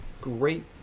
Great